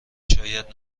شاید